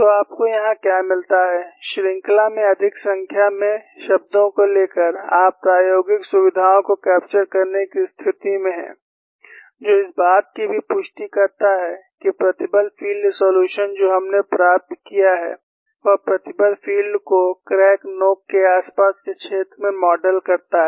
तो आपको यहां क्या मिलता है श्रृंखला में अधिक संख्या में शब्दों को लेकर आप प्रायोगिक सुविधाओं को कैप्चर करने की स्थिति में हैं जो इस बात की भी पुष्टि करता है कि प्रतिबल फील्ड सॉल्यूशन जो हमने प्राप्त किया है वह प्रतिबल फील्ड को क्रैक नोक के आस पास के क्षेत्र में मॉडल करता है